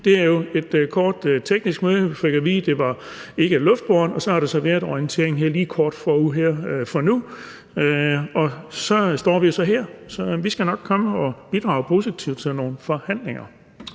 var jo et kort teknisk møde, hvor vi fik at vide, at det ikke var luftbåret, og så har der været orienteringen her lige kort forinden, og nu står vi jo så her. Vi skal nok komme og bidrage positivt til nogle forhandlinger.